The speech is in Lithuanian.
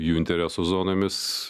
jų interesų zonoj mes